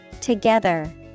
Together